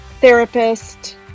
therapist